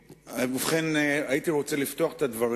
ובכן, הייתי רוצה לפתוח בדברים.